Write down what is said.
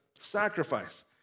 sacrifice